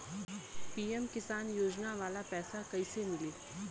PM किसान योजना वाला पैसा कईसे मिली?